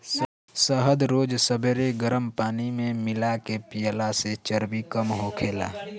शहद रोज सबेरे गरम पानी में मिला के पियला से चर्बी कम होखेला